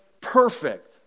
perfect